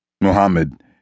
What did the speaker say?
Muhammad